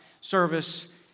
service